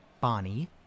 Bonnie